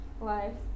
lives